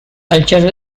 cultural